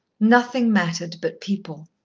nothing mattered but people.